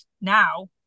now